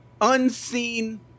unseen